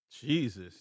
Jesus